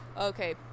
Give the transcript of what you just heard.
okay